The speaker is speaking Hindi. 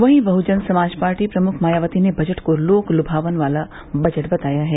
वहीं बहुजन समाज पार्टी प्रमुख मायावती ने बजट को लोक लुभावन वाला बजट बताया है